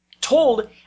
told